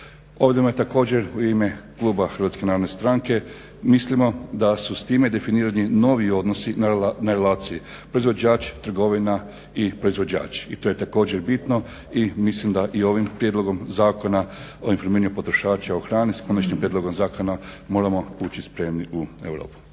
Ovdje mi također u ime kluba HNS-a mislimo da su s time definirani novi odnosi na relaciji proizvođač-trgovina-proizvođač. I to je također bitno i mislim da i ovim prijedlogom Zakona o informiranju potrošača o hrani s konačnim prijedlogom zakona moramo ući spremni u Europu.